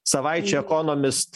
savaičių ekonomist